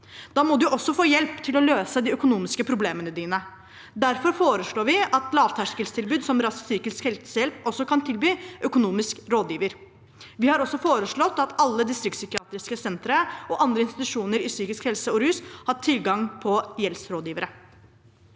Da må du også få hjelp til å løse de økonomiske problemene dine. Derfor foreslår vi at lavterskeltilbud som Rask psykisk helsehjelp også kan tilby økonomisk rådgiver. Vi har også foreslått at alle distriktspsykiatriske sentre og andre institusjoner innen psykisk helse og rus har tilgang på gjeldsrådgivere.